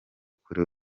kuri